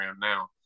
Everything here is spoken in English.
now